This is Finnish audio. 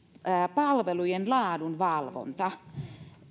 palvelujen laadun valvonta